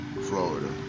Florida